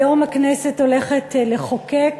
היום הכנסת הולכת לחוקק